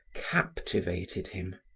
captivated him,